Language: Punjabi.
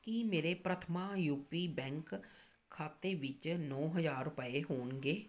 ਕੀ ਮੇਰੇ ਪ੍ਰਥਮਾ ਯੂ ਪੀ ਬੈਂਕ ਖਾਤੇ ਵਿੱਚ ਨੋ ਹਜ਼ਾਰ ਰੁਪਏ ਹੋਣਗੇ